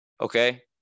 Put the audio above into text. okay